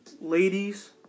ladies